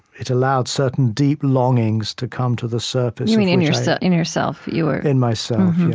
it allowed certain deep longings to come to the surface you mean in yourself in yourself you were, in myself, yeah,